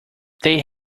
they